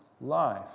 life